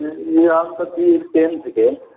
हम तऽ छी टेंथ के